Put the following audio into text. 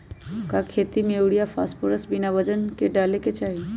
का खेती में यूरिया फास्फोरस बिना वजन के न डाले के चाहि?